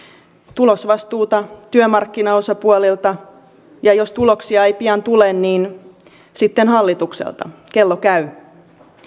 tulosvastuuta työmarkkinaosapuolilta ja jos tuloksia ei pian tule niin sitten hallitukselta kello käy